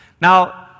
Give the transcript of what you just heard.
Now